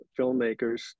filmmakers